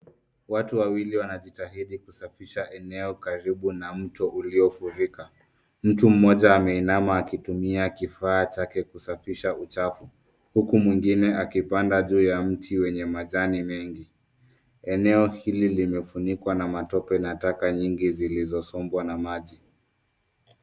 Watu wawili wanajitajidi kusafisha eneo karibu na mto uliofurika. Mtu mmoja ameinama akitumia kifaa chake kusafisha uchafu huku mwingine akipanda juu ya mti wenye majani mengi. Eneo hili limefunikwa na matope na taka nyingi zilizosombwa na maji.